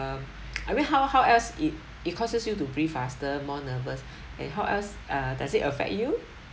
um I mean how how else it it causes you to breathe faster more nervous and how else uh does it affect you